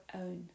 own